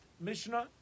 Mishnah